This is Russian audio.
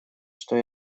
что